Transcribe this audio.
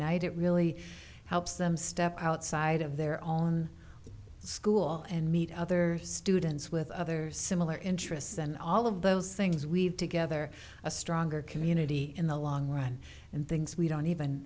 night it really helps them step outside of their own school and meet other students with other similar interests and all of those things we've together a stronger community in the long run and things we don't even